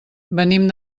venim